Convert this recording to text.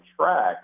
track